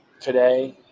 today